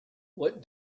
what